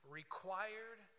required